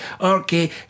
okay